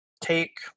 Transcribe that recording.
take